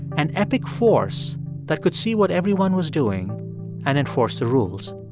an epic force that could see what everyone was doing and enforce the rules.